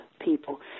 people